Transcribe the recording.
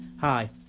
hi